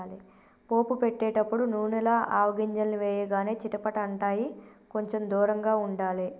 పోపు పెట్టేటపుడు నూనెల ఆవగింజల్ని వేయగానే చిటపట అంటాయ్, కొంచెం దూరంగా ఉండాలే